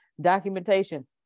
documentation